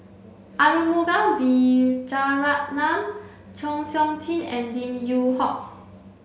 Arumugam Vijiaratnam Chng Seok Tin and Lim Yew Hock